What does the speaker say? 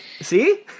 See